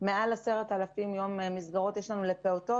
מעל 10,000 מסגרות יש לפעוטות,